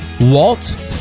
Walt